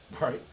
Right